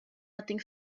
nothing